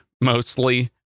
Mostly